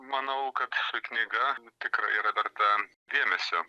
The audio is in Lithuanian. manau kad knyga tikrai yra verta dėmesio